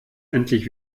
endlich